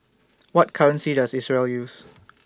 What currency Does Israel use